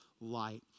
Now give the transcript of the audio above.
light